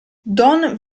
don